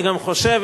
אני לא בטוח שזה